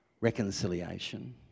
reconciliation